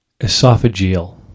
esophageal